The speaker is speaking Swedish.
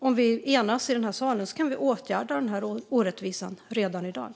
Om vi enas i denna sal kan vi åtgärda denna orättvisa redan i dag.